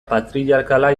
patriarkala